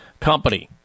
company